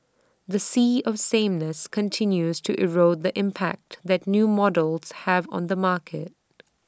the sea of sameness continues to erode the impact that new models have on the market